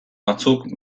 batzuk